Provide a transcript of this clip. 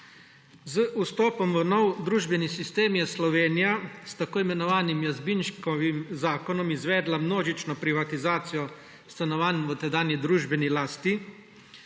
Z vstopom v nov družbeni sistem je Slovenija s tako imenovanim Jazbinškovim zakonom izvedla množično privatizacijo stanovanj v tedanji družbeni lasti.